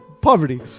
Poverty